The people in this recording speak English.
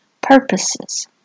purposes